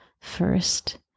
first